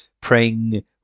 praying